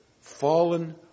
fallen